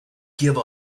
give